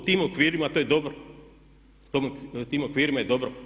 U tim okvirima to je dobro, u tim okvirima je dobro.